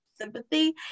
sympathy